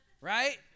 right